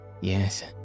yes